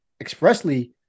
expressly